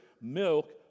milk